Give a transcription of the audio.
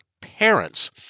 parents